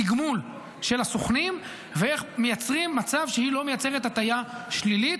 התגמול של הסוכנים ואיך מייצרים מצב שהיא לא מייצרת הטיה שלילית.